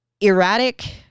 erratic